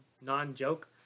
non-joke